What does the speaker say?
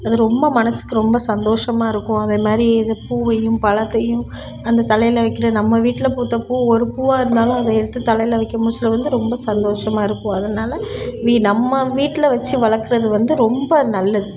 ரொம்ப மனசுக்கு ரொம்ப சந்தோஷமாக இருக்கும் அதே மாதிரி இது பூவையும் பழத்தையும் அந்த தலையில் வைக்கின்ற நம்ம வீட்டில் பூத்த பூவு ஒரு பூவாக இருந்தாலும் அதை எடுத்து தலையில் வைக்கும் புதுசில் வந்து ரொம்ப சந்தோஷமாக இருக்கும் அதனால் வீ நம்ம வீட்டில் வச்சி வளர்க்குறது வந்து ரொம்ப நல்லது